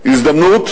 הזדמנות